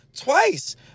twice